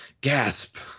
Gasp